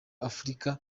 afurika